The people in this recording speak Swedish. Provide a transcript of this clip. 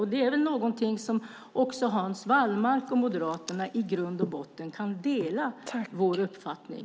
I fråga om detta kan väl Hans Wallmark och Moderaterna i grund och botten dela vår uppfattning?